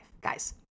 guys